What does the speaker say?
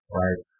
right